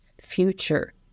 future